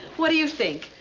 what do you think?